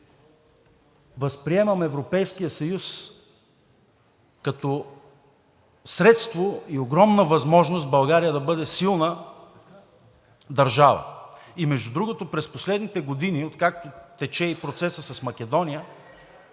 възприемам Европейския съюз като средство и огромна възможност България да бъде силна държава. Между другото, през последните години, откакто тече и процесът с Македония,